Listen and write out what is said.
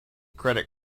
credit